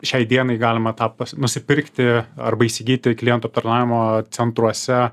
šiai dienai galima tą nusipirkti arba įsigyti klientų aptarnavimo centruose